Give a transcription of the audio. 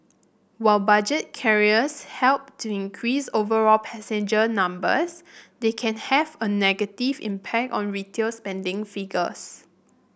while budget carriers help to increase overall passenger numbers they can have a negative impact on retail spending figures